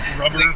Rubber